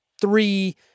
three